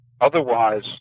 otherwise